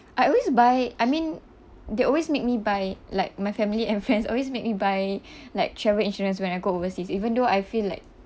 I always buy I mean they always make me buy like my family and friends always make me buy like travel insurance when I go overseas even though I feel like